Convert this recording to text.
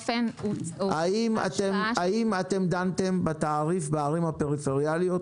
האם דנתם בתעריף בערים הפריפריאליות,